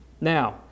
Now